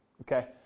okay